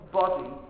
body